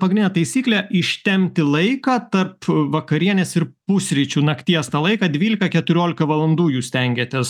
pagrindinė taisyklė ištempti laiką tarp vakarienės ir pusryčių nakties tą laiką dvylika keturiolika valandų jūs stengiatės